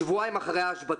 שבועיים אחרי ההשבתה.